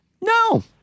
No